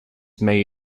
may